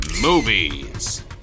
Movies